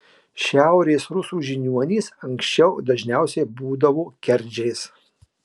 šiaurės rusų žiniuonys anksčiau dažniausiai būdavę kerdžiais